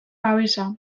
babesa